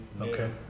Okay